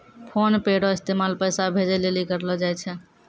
PhonePe रो इस्तेमाल पैसा भेजे लेली करलो जाय छै